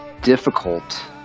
difficult